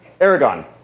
Aragon